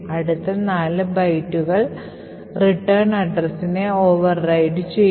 അടുത്ത നാല് ബൈറ്റുകൾ റിട്ടേൺ വിലാസത്തെ Override ചെയ്യും